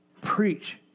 preach